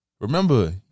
remember